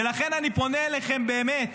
ולכן אני פונה אליכם, באמת,